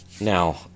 Now